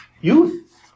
youth